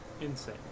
Insane